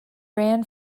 ran